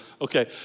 Okay